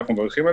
אנחנו מברכים.